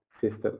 system